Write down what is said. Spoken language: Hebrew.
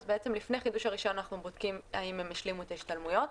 אז בעצם לפני חידוש הרישיון אנחנו בודקים אם הם השלימו את ההשתלמויות.